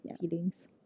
feelings